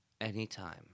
Anytime